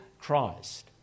Christ